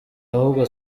ahubwo